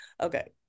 Okay